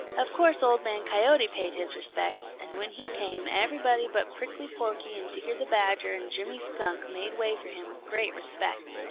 of course old man coyote paid his respects, and when he came everybody but prickly porky and digger the badger and jimmy skunk made way for him with great respect.